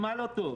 שלמה קרעי,